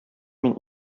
мин